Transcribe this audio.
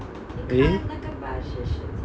eh